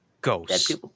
Ghosts